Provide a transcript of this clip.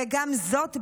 וגם זאת בעיה.